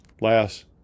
last